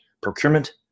procurement